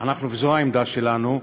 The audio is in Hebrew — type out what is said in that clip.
העמדה שלנו.